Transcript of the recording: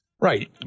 Right